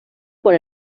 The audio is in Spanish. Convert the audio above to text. por